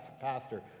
pastor